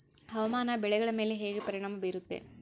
ಹವಾಮಾನ ಬೆಳೆಗಳ ಮೇಲೆ ಹೇಗೆ ಪರಿಣಾಮ ಬೇರುತ್ತೆ?